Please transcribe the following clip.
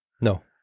No